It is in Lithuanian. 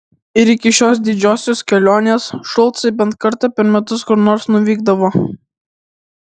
ir iki šios didžiosios kelionės šulcai bent kartą per metus kur nors nuvykdavo